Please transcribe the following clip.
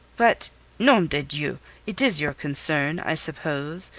but nom de dieu it is your concern, i suppose,